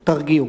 תרגיעו.